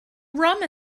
rum